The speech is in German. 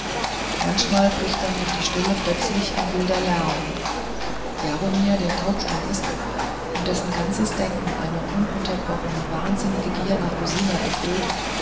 manchmal bricht dann durch die stille plötzlich ein wilder lärm jaromir der taubstumm ist und dessen ganzes denken eine ununterbrochene wahnsinnige gier nach rosina erfüllt